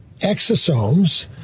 exosomes